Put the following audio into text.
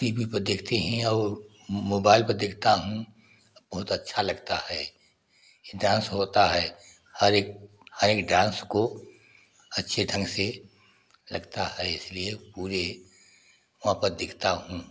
T V पर देखते हैं और मोबाईल पर देखता हूँ बहुत अच्छा लगता है इ डांस होता है हर एक हर एक डांस को अच्छे ढंग से लगता है इसलिए पूरे वहाँ पर दिखता हूँ